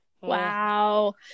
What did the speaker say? Wow